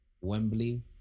Wembley